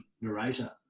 narrator